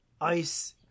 Ice